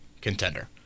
contender